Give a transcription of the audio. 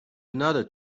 another